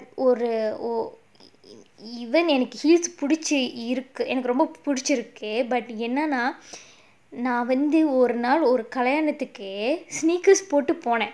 even in heels பிடிச்சிருக்கு:pidichirukku okay but என்னனா நான் வந்து ஒரு நாள் ஒரு கல்யாணத்துக்கே:ennanaa naan vandhu oru naal oru kalyaanathukkae sneakers போட்டு போனேன்:pottu ponaen